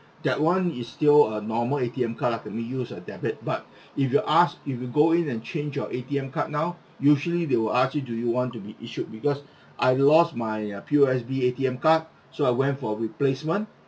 that one is still a normal A_T_M card can be use as a debit but if you ask if you go in and change your A_T_M card now usually they will ask do you want to be issued because I lost my uh P_O_S_B A_T_M card so I went for replacement